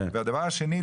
והדבר השני,